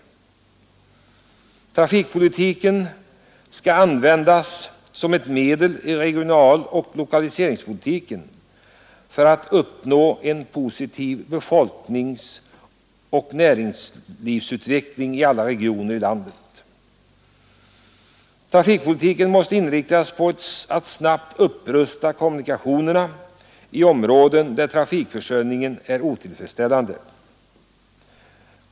Trafikpolitiken skall användas som ett medel i regionaloch lokaliseringspolitiken för att uppnå en positiv befolkningsoch näringslivsutveckling i alla regioner i landet. Trafikpolitiken måste inriktas på att snabbt upprusta kommunikationerna i områden där trafikförsörjningen är otillfredsställande.